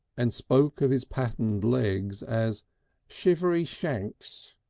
and spoke of his patterned legs as shivery shakys.